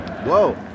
Whoa